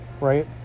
right